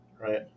right